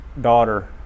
daughter